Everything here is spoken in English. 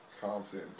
Compton